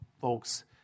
folks